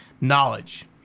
Knowledge